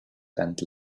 and